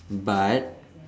but